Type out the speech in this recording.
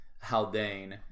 Haldane